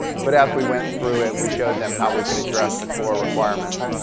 but as we went through it, we showed them how we could address the core requirements,